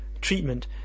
treatment